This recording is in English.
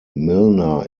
milner